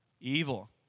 Evil